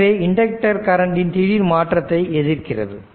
எனவே இண்டக்டர் கரண்டின் திடீர் மாற்றத்தை எதிர்க்கிறது